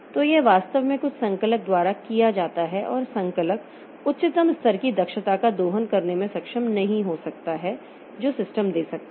तो यह वास्तव में कुछ संकलक द्वारा किया जाता है और संकलक उच्चतम स्तर की दक्षता का दोहन करने में सक्षम नहीं हो सकता है जो सिस्टम दे सकता है